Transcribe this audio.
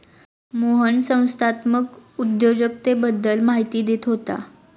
मोहन संस्थात्मक उद्योजकतेबद्दल माहिती देत होता